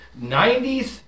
90s